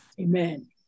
Amen